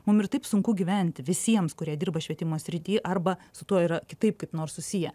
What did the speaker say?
mum ir taip sunku gyventi visiems kurie dirba švietimo srity arba su tuo yra kitaip kaip nors susiję